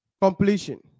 completion